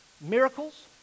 Miracles